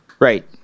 Right